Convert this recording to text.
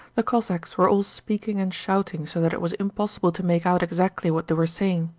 the cossacks were all speaking and shouting so that it was impossible to make out exactly what they were saying.